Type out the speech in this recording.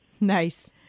Nice